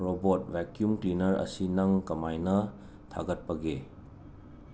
robot vacuum cleaner ꯑꯁꯤ ꯅꯪ ꯀꯃꯥꯏꯅ ꯊꯥꯒꯠꯄꯒꯦ